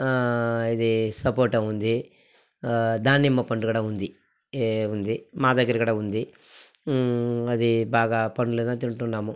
ఇదీ సపోటా ఉంది దానిమ్మ పండు కూడా ఉంది ఏ ఉంది మా దగ్గర కూడా ఉంది అది బాగా పండ్లుగా తింటున్నాము